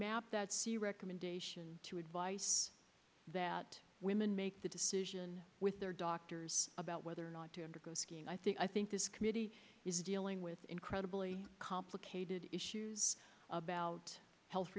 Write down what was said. map that c recommendation to advice that women make the decision with their doctors about whether or not to undergo skiing i think i think this committee is dealing with incredibly complicated issues about health